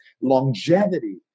longevity